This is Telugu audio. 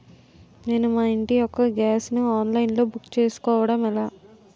నేను మా ఇంటి యెక్క గ్యాస్ ను ఆన్లైన్ లో బుక్ చేసుకోవడం ఎలా?